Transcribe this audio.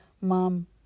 mom